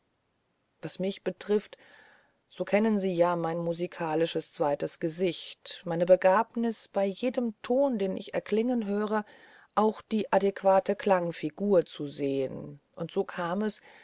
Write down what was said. was mich betrifft so kennen sie ja mein musikalisches zweites gesicht meine begabnis bei jedem tone den ich erklingen höre auch die adäquate klangfigur zu sehen und so kam es